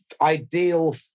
ideal